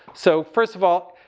so, first of all,